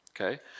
Okay